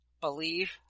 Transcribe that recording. believe